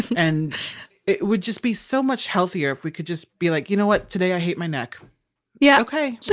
and it would just be so much healthier if we could just be like, you know what? today i hate my neck yeah okay